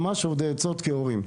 ממש אובדי אצות כהורים.